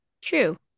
True